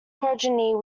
progeny